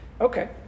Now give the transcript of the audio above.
Okay